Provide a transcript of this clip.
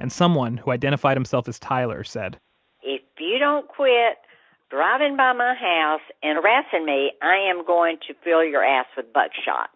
and someone who identified himself as tyler said if you don't quit driving by my house and harassing me, i am going to fill your ass with buckshot